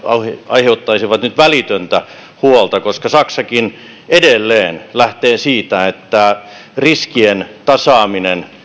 aiheuttaisivat nyt välitöntä huolta koska saksakin edelleen lähtee siitä että riskien tasaaminen